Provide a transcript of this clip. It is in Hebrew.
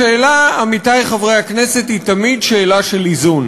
השאלה, עמיתי חברי הכנסת, היא תמיד שאלה של איזון.